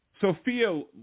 Sophia